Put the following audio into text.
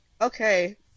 Okay